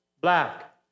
black